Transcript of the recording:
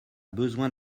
besoin